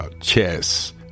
chess